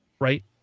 right